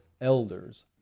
elders